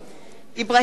אברהים צרצור,